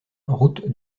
route